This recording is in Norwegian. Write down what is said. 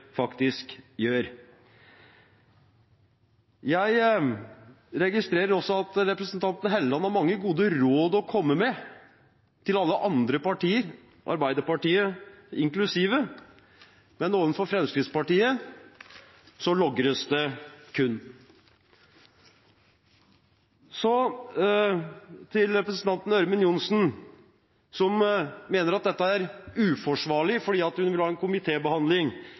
faktisk gjør. Jeg registrerer også at representanten Helleland har mange gode råd å komme med til alle andre partier – inklusiv Arbeiderpartiet – men overfor Fremskrittspartiet logres det kun. Så til representanten Ørmen Johnsen, som mener at dette er uforsvarlig, for hun vil ha en